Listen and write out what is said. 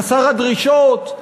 חסר הדרישות?